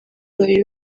babiri